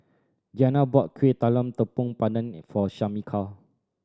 Giana bought Kueh Talam Tepong Pandan for Shamika